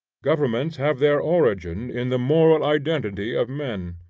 governments have their origin in the moral identity of men.